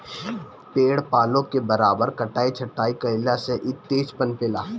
पेड़ पालो के बराबर कटाई छटाई कईला से इ तेज पनपे ला